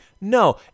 No